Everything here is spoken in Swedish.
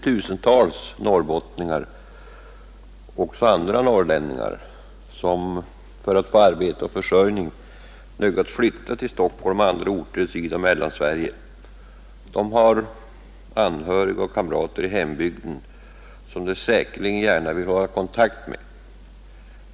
Tusentals norrbottningar och andra norrlänningar har för att få arbete och försörjning nödgats flytta till Stockholm och andra orter i Sydoch Mellansverige. De har anhöriga och kamrater i hembygden som de säkerligen gärna vill hålla kontakten med.